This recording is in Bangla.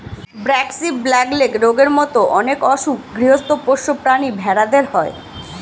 ব্র্যাক্সি, ব্ল্যাক লেগ রোগের মত অনেক অসুখ গৃহস্ত পোষ্য প্রাণী ভেড়াদের হয়